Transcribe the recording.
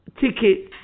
ticket